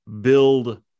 build